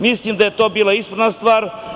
Mislim da je to bila ispravna stvar.